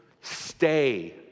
Stay